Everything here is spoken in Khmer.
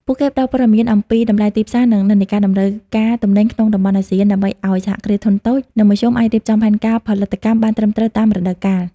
ពួកគេផ្ដល់ព័ត៌មានអំពីតម្លៃទីផ្សារ និងនិន្នាការតម្រូវការទំនិញក្នុងតំបន់អាស៊ាន ដើម្បីឱ្យ សហគ្រាសធុនតូច និងមធ្យមអាចរៀបចំផែនការផលិតកម្មបានត្រឹមត្រូវតាមរដូវកាល។